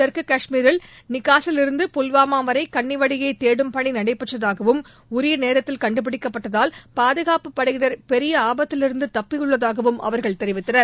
தெற்கு காஷ்மீரில் நிகாசிலிருந்து புல்மாவா வரை கன்னிவெடியை தேடும் பணி நடைபெற்றதாகவும் உரிய நேரத்தில் கண்டுபிடிக்கப்பட்டதால் பாதுகாப்பு படையினர் பெரிய ஆபத்திலிருந்து தப்பியுள்ளதாகவும் அவர்கள் தெரிவித்தனர்